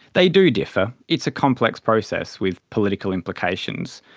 they do differ. it's a complex process with political implications.